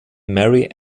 mary